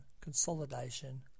consolidation